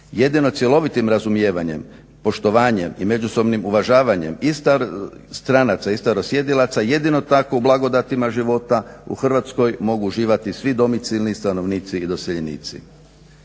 Jedino cjelovitim razumijevanjem, poštovanjem i međusobnim uvažavanjem i stranaca i starosjedilaca jedino tako u blagodatima života u Hrvatskoj mogu uživati svi domicilni stanovnici i doseljenici.